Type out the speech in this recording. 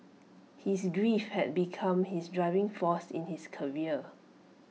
his grief had become his driving force in his career